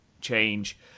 change